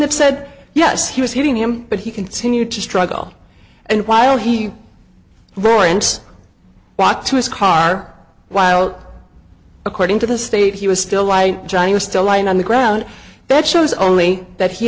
that said yes he was hitting him but he continued to struggle and while he roy bought to his car while according to the state he was still lie johnny was still lying on the ground that shows only that he